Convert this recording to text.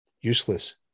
useless